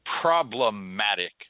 problematic